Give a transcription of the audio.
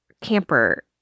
Camper